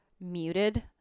muted